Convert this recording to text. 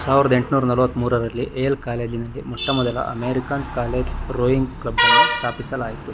ಸಾವ್ರ್ದ ಎಂಟ್ನೂರ ನಲ್ವತ್ತ ಮೂರರಲ್ಲಿ ಯೇಲ್ ಕಾಲೇಜಿನಲ್ಲಿ ಮೊಟ್ಟಮೊದಲ ಅಮೆರಿಕನ್ ಕಾಲೇಜ್ ರೋಯಿಂಗ್ ಕ್ಲಬನ್ನು ಸ್ಥಾಪಿಸಲಾಯಿತು